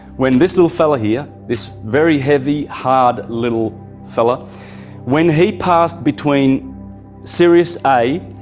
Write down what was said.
when this little fella here, this very heavy hard little fella when he passed between sirius a